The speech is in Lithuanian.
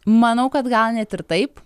manau kad gal net ir taip